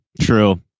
true